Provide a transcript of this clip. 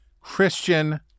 Christian